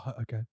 Okay